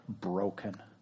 broken